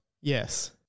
Yes